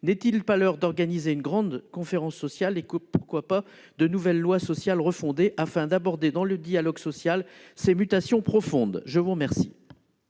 N'est-il pas l'heure d'organiser une grande conférence sociale et, pourquoi pas, de proposer de nouvelles lois sociales refondées afin d'aborder, dans le dialogue social, ces mutations profondes ? La parole